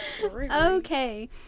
Okay